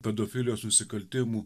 pedofilijos nusikaltimų